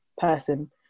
person